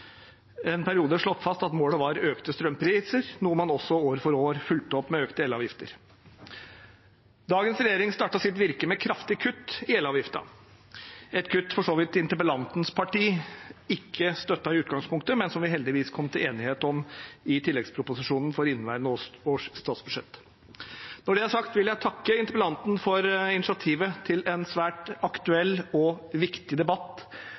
en periode slått fast at målet var økte strømpriser, noe man også år for år fulgte opp med økte elavgifter. Dagens regjering startet sitt virke med kraftig kutt i elavgiften – et kutt som for så vidt interpellantens parti ikke støttet i utgangspunktet, men som vi heldigvis kom til enighet om i tilleggsproposisjonen for inneværende års statsbudsjett. Når det er sagt, vil jeg takke interpellanten for initiativet til en svært aktuell og viktig debatt,